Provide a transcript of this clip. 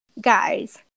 guys